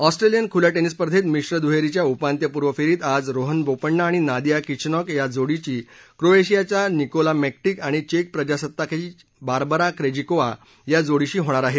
Australian खुल्या tennis स्पर्धेत मिश्र दुहेरीच्या उपांत्यपूर्व फेरीत आज रोहन बोपण्णा आणि नादिया किचेनॉक या जोडीची क्रोएशियाचा निकोला मेक्टीक आणि चेक प्रजासत्ताकाची बार्बरा क्रेजिकोवा या जोडीशी होणार आहे